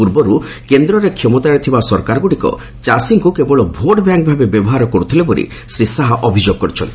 ପୂର୍ବରୁ କେନ୍ଦ୍ରରେ କ୍ଷମତାରେ ଥିବା ସରକାରଗୁଡ଼ିକ ଚାଷୀଙ୍କୁ କେବଳ ଭୋଟ୍ ବ୍ୟାଙ୍କ୍ ଭାବେ ବ୍ୟବହାର କରୁଥିଲେ ବୋଲି ଶ୍ରୀ ଶାହା ଅଭିଯୋଗ କରିଛନ୍ତି